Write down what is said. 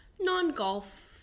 non-golf